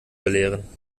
belehren